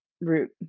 route